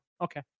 Okay